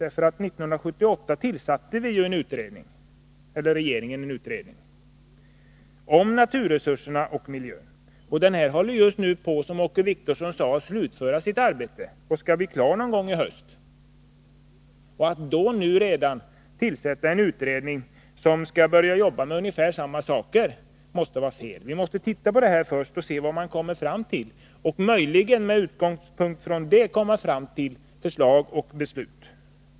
År 1979 tillsatte regeringen en utredning om naturresurserna och miljön. Utredningen håller, som Åke Wictorsson sade, just på att slutföra sitt arbete och skall bli klar någon gång under hösten. Att redan nu tillsätta en ny utredning som skall arbeta med ungefär samma saker måste vara fel. Vi måste först se på den sittande utredningens förslag och sedan med utgångspunkt i detta möjligen komma fram till förslag och beslut.